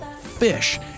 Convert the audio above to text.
fish